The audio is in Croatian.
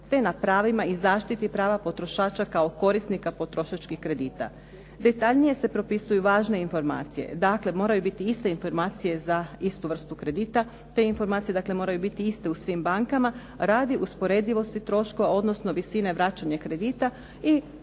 te na pravima i zaštiti prava potrošača kao korisnika potrošačkih kredita. Detaljnije se propisuju važne informacije, dakle moraju biti iste informacije za istu vrstu kredita. Te informacije dakle moraju biti iste u svim bankama radi usporedivosti troškova, odnosno visine vraćanja kredita.